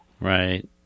right